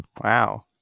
Wow